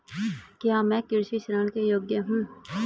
क्या मैं कृषि ऋण के योग्य हूँ?